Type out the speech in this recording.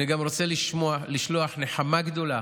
אני גם רוצה לשלוח נחמה גדולה